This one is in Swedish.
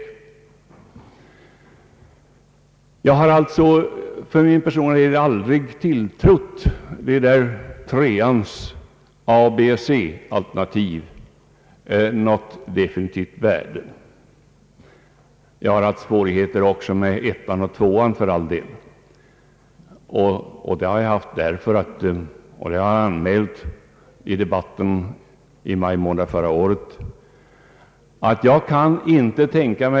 För min personliga del har jag aldrig haft någon tilltro till alternativen 3 a, 3 b och 3 c eller ansett att de haft något värde. Jag har för all del också haft svårt att acceptera alternativen 1 och 2; vilket jag anmälde i debatten i maj månad förra året.